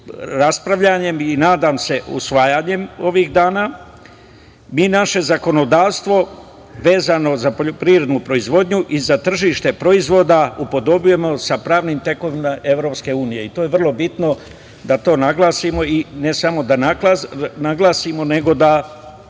raspravljanjem i nadam se usvajanjem ovih dana, mi naše zakonodavstvo, vezano za poljoprivrednu proizvodnju i za tržište proizvoda upodobimo sa pravnim tekovinama EU. To je vrlo bitno da to naglasimo i ne samo naglasimo, nego da